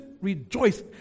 rejoice